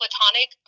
platonic